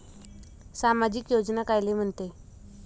सामाजिक योजना कायले म्हंते?